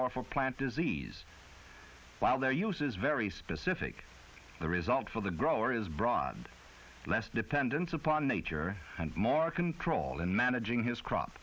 for plant disease while their use is very specific the result for the grower is broad less dependence upon nature and more control and managing his crop